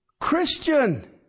Christian